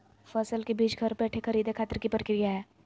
फसल के बीज घर बैठे खरीदे खातिर की प्रक्रिया हय?